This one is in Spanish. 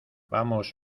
vamos